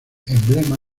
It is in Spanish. emblema